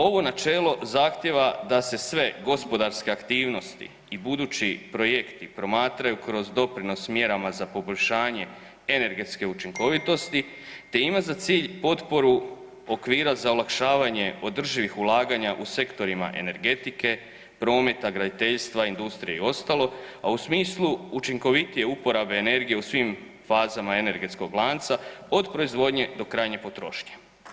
Ovo načelo zahtjeva da se sve gospodarske aktivnosti i budući projekti promatraju kroz doprinos mjerama za poboljšanje energetske učinkovitosti te ima za cilj potporu okvira za olakšavanje održivih ulaganja u sektorima energetike, prometa, graditeljstva, industrije i ostalo, a u smislu učinkovitije uporabe energije u svim fazama energetskog lanca od proizvodnje do krajnje potrošnje.